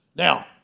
Now